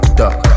duck